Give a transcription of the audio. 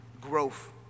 growth